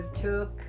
took